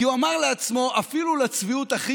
כי הוא אמר לעצמו: אפילו לצביעות הכי